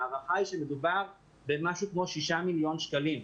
ההערכה היא שמדובר במשהו כמו 6 מיליון שקלים.